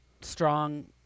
strong